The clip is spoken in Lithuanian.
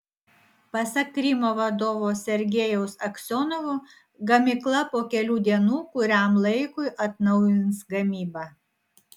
pasak krymo vadovo sergejaus aksionovo gamykla po kelių dienų kuriam laikui atnaujins gamybą